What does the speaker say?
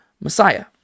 Messiah